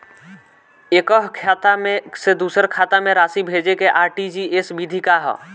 एकह खाता से दूसर खाता में राशि भेजेके आर.टी.जी.एस विधि का ह?